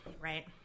Right